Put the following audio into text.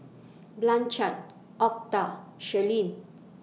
Blanchard Octa Shirleen